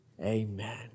amen